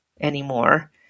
anymore